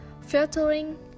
filtering